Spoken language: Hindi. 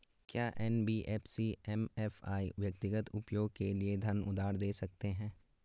क्या एन.बी.एफ.सी एम.एफ.आई व्यक्तिगत उपयोग के लिए धन उधार दें सकते हैं?